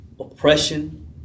oppression